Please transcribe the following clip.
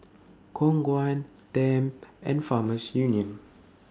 Khong Guan Tempt and Farmers Union